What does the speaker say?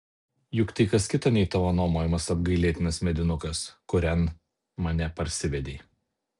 juk tai kas kita nei tavo nuomojamas apgailėtinas medinukas kurian mane parsivedei